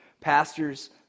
Pastors